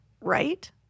right